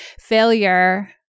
failure